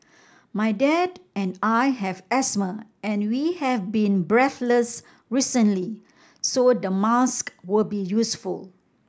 my dad and I have asthma and we have been breathless recently so the mask will be useful